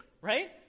right